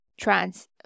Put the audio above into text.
trans